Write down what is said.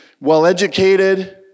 well-educated